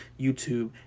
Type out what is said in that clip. youtube